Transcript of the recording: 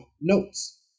notes